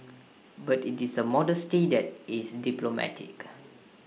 but IT is A modesty that is diplomatic